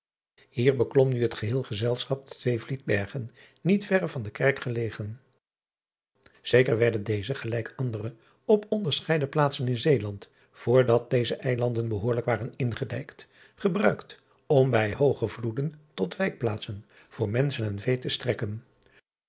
ier beklom nu het geheel gezelschap de twee liedbergen niet verre van de kerk gelegen eker werden deze gelijk andere op onderscheiden plaatsen in eeland voor dat deze eilanden behoorlijk waren ingedijkt gebruikt om bij hooge vloeden tot wijkplaatsen voor menschen en vee te strekken